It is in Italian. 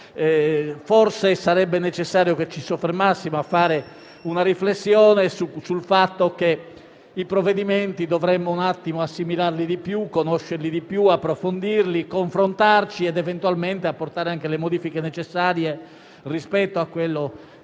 Forse sarebbe necessario che ci soffermassimo a fare una riflessione sul fatto che i provvedimenti dovremmo assimilarli, conoscerli e approfondirli di più, confrontandoci ed eventualmente apportando anche le modifiche necessarie rispetto a quello che è già accaduto